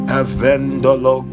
avendolo